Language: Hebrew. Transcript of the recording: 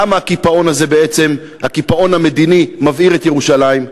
למה הקיפאון המדיני מבעיר את ירושלים.